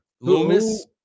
Loomis